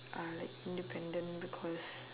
uh like independent because